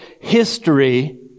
history